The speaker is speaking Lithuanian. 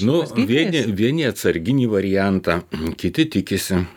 nu vieni vieni atsarginį variantą kiti tikisi